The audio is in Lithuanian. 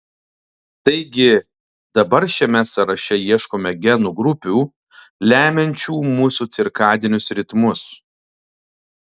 taigi dabar šiame sąraše ieškome genų grupių lemiančių mūsų cirkadinius ritmus